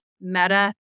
Meta